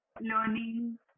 learning